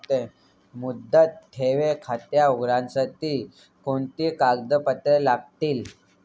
मुदत ठेव खाते उघडण्यासाठी कोणती कागदपत्रे लागतील?